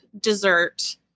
dessert